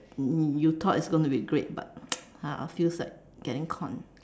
you thought it's gonna be great but !huh! it feels like getting conned